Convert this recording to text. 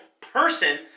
person